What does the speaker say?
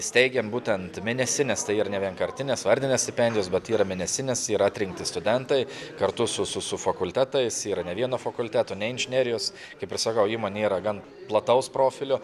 steigiam būtent mėnesines tai yr nevienkartinės vardinės stipendijos bet yra mėnesinės yra atrinkti studentai kartu su su su fakultetais yra ne vieno fakulteto ne inžinerijos kaip ir sakau įmonė yra gan plataus profilio